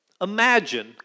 Imagine